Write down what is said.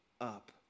up